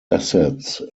assets